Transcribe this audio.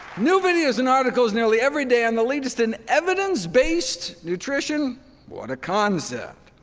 new videos and articles nearly every day on the latest in evidence based nutrition what a concept.